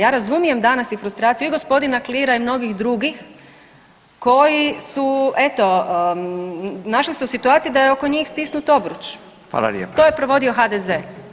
Ja razumijem danas i frustraciju i g. Klira i mnogih drugih koji su eto našli su se u situaciji da je oko njih stisnut obruč [[Upadica: Hvala lijepo]] To je provodio HDZ.